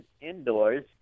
indoors